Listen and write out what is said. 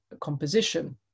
composition